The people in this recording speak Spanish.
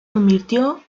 convirtió